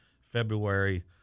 February